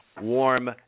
warm